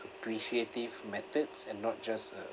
appreciative methods and not just a